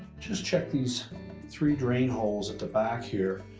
just check these three drain holes at the back here.